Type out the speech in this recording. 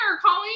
colleen